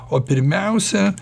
o pirmiausia